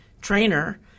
trainer